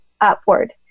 upward